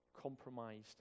compromised